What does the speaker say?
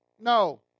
No